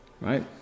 right